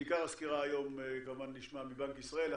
את עיקר הסקירה היום אנחנו נשמע מבנק ישראל,